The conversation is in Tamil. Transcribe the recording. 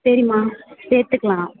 சரிம்மா சேர்த்துக்கலாம்